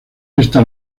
esta